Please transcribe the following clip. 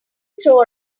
throw